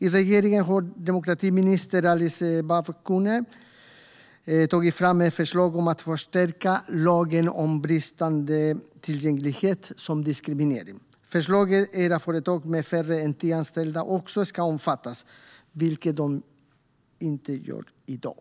I regeringen har demokratiminister Alice Bah Kuhnke tagit fram ett förslag om att förstärka lagen om bristande tillgänglighet som diskriminering. Förslaget är att också företag med färre än tio anställda ska omfattas, vilket inte är fallet i dag.